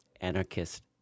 anarchist